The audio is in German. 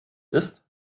ist